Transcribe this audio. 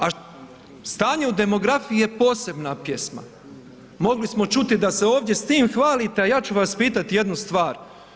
A stanje u demografiji je posebna pjesma, mogli smo čuti da se ovdje s tim hvalite, a ja ću vas jednu stvar.